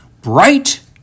bright